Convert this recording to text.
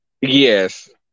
Yes